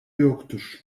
yoktur